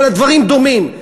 אבל הדברים דומים?